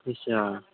ਅੱਛਾ